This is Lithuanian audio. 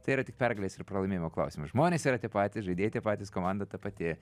tai yra tik pergalės ir pralaimėjimo klausimas žmonės yra tie patys žaidėjai tie patys komanda ta pati